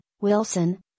Wilson